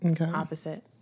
opposite